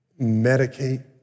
medicate